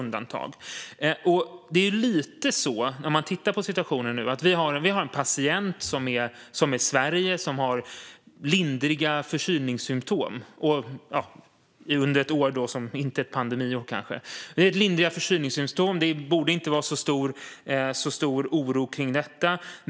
När man tittar på situationen nu kan man säga att vi har en patient, Sverige, som har lindriga förkylningssymtom - under ett år när det inte är pandemi då kanske. Det borde inte vara så stor oro kring detta.